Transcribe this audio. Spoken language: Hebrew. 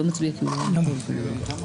נפל.